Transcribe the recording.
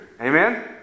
Amen